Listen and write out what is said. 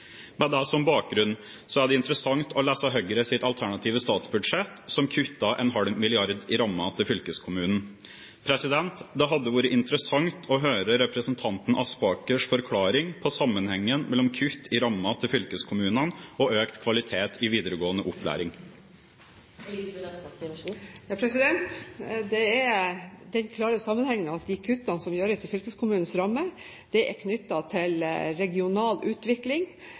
Med det som bakgrunn er det interessant å lese Høyres alternative statsbudsjett, som kutter en halv milliard i rammen til fylkeskommunene. Det hadde vært interessant å høre representanten Aspakers forklaring på sammenhengen mellom kutt i rammen til fylkeskommunene og økt kvalitet i videregående opplæring. Den klare sammenheng er at de kuttene som gjøres i fylkeskommunens ramme, er knyttet til regional utvikling,